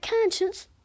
conscience